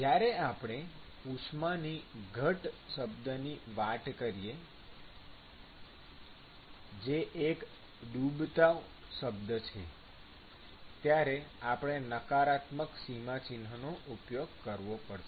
જ્યારે આપણે ઉષ્માની ઘટ શબ્દની વાત કરીએ કે જે એક ડૂબતો શબ્દ છે ત્યારે આપણે નકારાત્મક ચિન્હનો ઉપયોગ કરવો પડશે